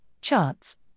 charts